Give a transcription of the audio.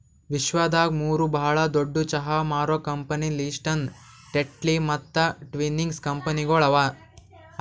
ವಿಶ್ವದಾಗ್ ಮೂರು ಭಾಳ ದೊಡ್ಡು ಚಹಾ ಮಾರೋ ಕಂಪನಿ ಲಿಪ್ಟನ್, ಟೆಟ್ಲಿ ಮತ್ತ ಟ್ವಿನಿಂಗ್ಸ್ ಕಂಪನಿಗೊಳ್ ಅವಾ